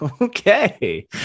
okay